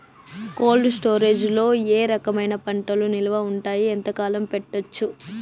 Cold storage లో ఏ రకమైన పంటలు నిలువ ఉంటాయి, ఎంతకాలం పెట్టొచ్చు?